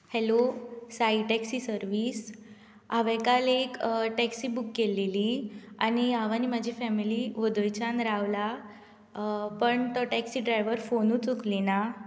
hello Sai taxi service हांवें काल एक टॅक्सी बूक केल्ली आनी हांव आनी म्हजी फेमिली वोदोळच्यान रावला पण तो टॅक्सी ड्रायवर फोनच उखलिना